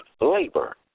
labor